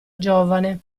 giovane